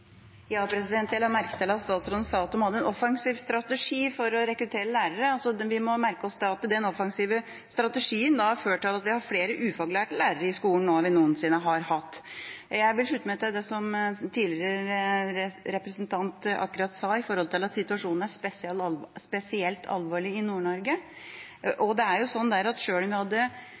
Jeg la merke til at statsråden sa de hadde en offensiv strategi for å rekruttere lærere. Vi må merke oss at den offensive strategien har ført til at vi har flere ufaglærte lærere i skolen nå enn vi noensinne har hatt. Jeg vil slutte meg til det som forrige representant akkurat sa, at situasjonen er spesielt alvorlig i Nord-Norge. Selv om man hadde besatt alle plassene som er